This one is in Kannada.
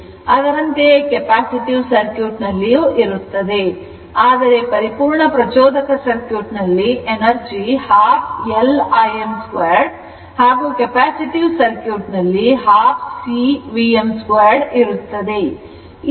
ಅದರಂತೆ ಕೆಪ್ಯಾಸಿಟಿವ್ ಸರ್ಕ್ಯೂಟ್ ನಲ್ಲಿಯೂ ಇರುತ್ತದೆ ಆದರೆ ಪರಿಪೂರ್ಣ ಪ್ರಚೋದಕ ಸರ್ಕ್ಯೂಟ್ ನಲ್ಲಿ ಎನರ್ಜಿ half L Im 2 ಹಾಗೂ ಕೆಪ್ಯಾಸಿಟಿ ಸರ್ಕ್ಯೂಟ್ ನಲ್ಲಿ half C Vm 2 ಇರುತ್ತದೆ